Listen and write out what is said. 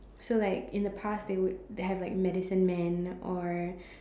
so like in the past they would have like medicine men or